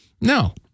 No